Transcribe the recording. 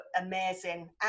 amazing